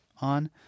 on